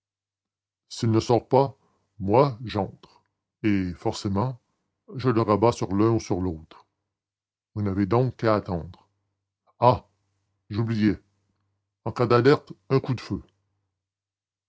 s'il ne sort pas moi j'entre et forcément je le rabats sur l'un ou sur l'autre vous n'avez donc qu'à attendre ah j'oubliais en cas d'alerte un coup de feu